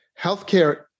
healthcare